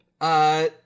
uh-